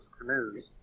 canoes